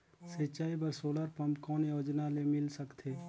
सिंचाई बर solar pump कौन योजना ले मिल सकथे?